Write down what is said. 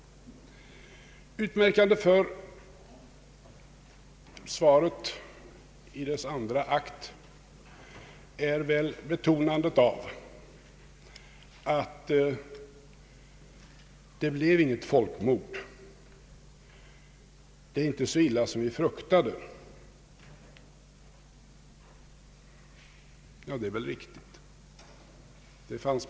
Utmärkande för svaret i dess andra akt är väl betonandet av att det inte blev något folkmord. Det gick inte så illa som vi fruktade. Detta är ett riktigt konstaterande.